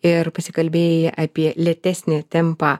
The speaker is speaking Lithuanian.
ir pasikalbėjai apie lėtesnį tempą